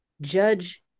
judge